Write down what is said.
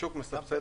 השוק מסבסד.